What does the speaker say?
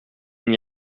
n’y